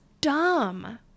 dumb